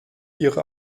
ihre